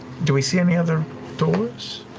do we see any other doors?